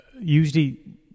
usually